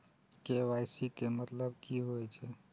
KYC के मतलब कि होई छै?